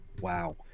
Wow